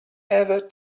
ever